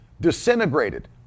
disintegrated